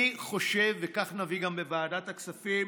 אני חושב, וכך נביא גם לוועדת הכספים,